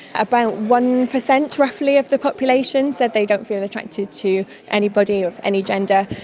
about one percent roughly of the population said they don't feel attracted to anybody of any gender.